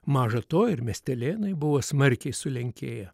maža to ir miestelėnai buvo smarkiai sulenkėję